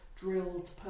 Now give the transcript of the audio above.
drilled